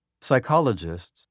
psychologists